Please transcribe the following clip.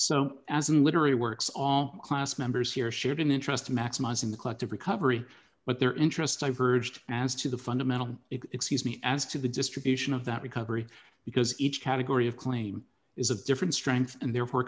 so as in literary works all class members here shared an interest in maximizing the collective recovery but their interest i verged as to the fundamental excuse me as to the distribution of that recovery because each category of claim is a different strength and therefore